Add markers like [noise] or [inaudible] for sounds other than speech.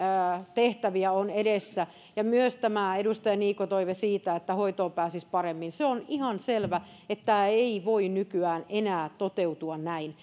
tehtäviä on edessä ja myös tämä edustaja niikon toive siitä että hoitoon pääsisi paremmin se on ihan selvä että tämä ei voi enää toteutua näin [unintelligible]